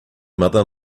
mother